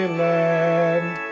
land